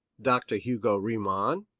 dr. hugo riemann,